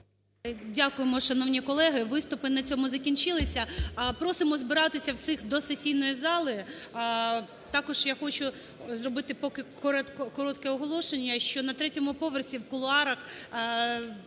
Дякуємо, шановні колеги. Виступи на цьому закінчилися. Просимо збиратися всіх до сесійної зали. Також я хочу зробити поки коротке оголошення, що на третьому поверсі в кулуарах